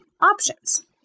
options